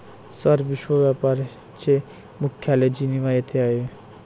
sir, विश्व व्यापार चे मुख्यालय जिनिव्हा येथे आहे